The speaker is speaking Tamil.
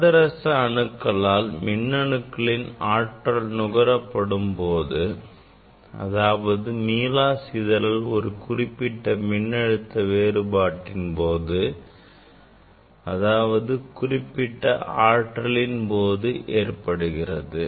பாதரச அணுக்களால் மின்னணுக்களின் ஆற்றல் நுகர படுவது அதாவது மீளா சிதரல் ஒரு குறிப்பிட்ட மின்னழுத்த வேறுபாட்டின் போது அதாவது குறிப்பிட்ட ஆற்றலின் போது ஏற்படுகிறது